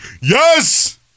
yes